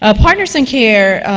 ah partners in care,